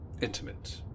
intimate